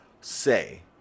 say